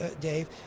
Dave